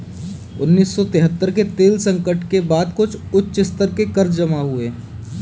उन्नीस सौ तिहत्तर के तेल संकट के बाद कुछ उच्च स्तर के कर्ज जमा हुए